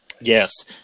Yes